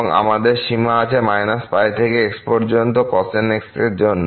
এবং আমাদের সীমা আছে π থেকে x পর্যন্ত cosnx এর জন্য